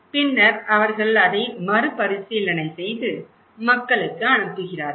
பின்னர் அவர்கள் அதை மறுபரிசீலனை செய்து மக்களுக்கு அனுப்புகிறார்கள்